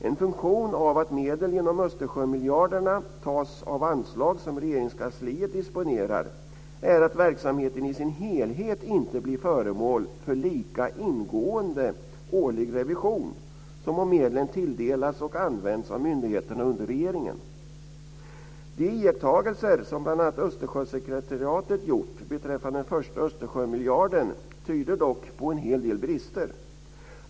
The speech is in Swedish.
En funktion av att medel genom Östersjömiljarderna tas av anslag som Regeringskansliet disponerar är att verksamheten i sin helhet inte blir föremål för lika ingående årlig revision som om medlen tilldelats och använts av myndigheter under regeringen. De iakttagelser som bl.a. Östersjösekretariatet gjort beträffande den första Östersjömiljarden tyder dock på en hel del brister.